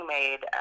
made